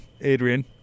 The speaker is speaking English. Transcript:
adrian